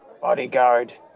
bodyguard